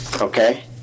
okay